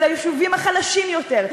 וליישובים החלשים יותר,